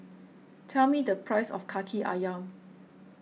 tell me the price of Kaki Ayam